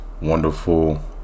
wonderful